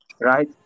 right